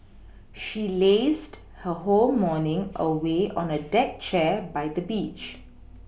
she lazed her whole morning away on a deck chair by the beach